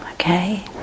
okay